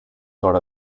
sort